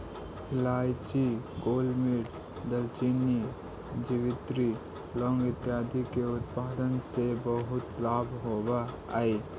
इलायची, गोलमिर्च, दालचीनी, जावित्री, लौंग इत्यादि के उत्पादन से बहुत लाभ होवअ हई